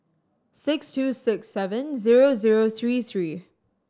six two six seven zero zero three three